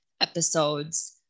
episodes